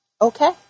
okay